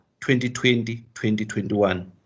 2020-2021